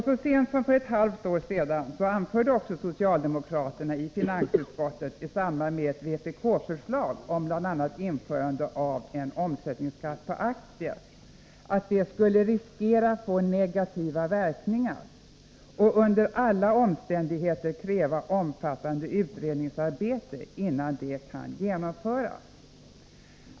Så sent som för ett halvt år sedan anförde också socialdemokraterna i finansutskottet i samband med ett vpk-förslag om bl.a. införande av en omsättningsskatt på aktier att det ”skulle riskera få negativa verkningar” och ”under alla omständigheter kräva omfattande utredningsarbete innan det kan genomföras”.